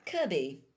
Kirby